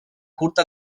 curta